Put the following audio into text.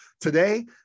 Today